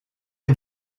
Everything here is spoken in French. est